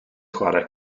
chwarae